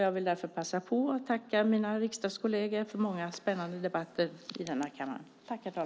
Jag vill därför passa på att tacka mina riksdagskolleger för många spännande debatter i denna kammare.